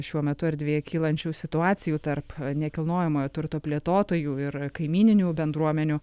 šiuo metu erdvėje kylančių situacijų tarp nekilnojamojo turto plėtotojų ir kaimyninių bendruomenių